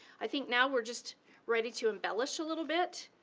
i think now we're just ready to embellish a little bit.